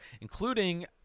including